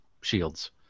Shields